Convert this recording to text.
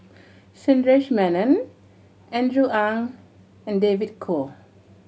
Sundaresh Menon Andrew Ang and David Kwo